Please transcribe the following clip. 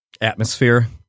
atmosphere